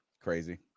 crazy